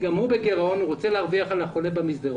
גם הוא בגירעון והוא רוצה להרוויח על החולה במסדרון.